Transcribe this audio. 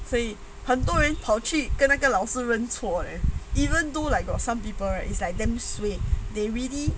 所以很多人跑去跟那个老师认错 leh even though like got some people right is like damn suay they really